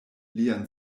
lian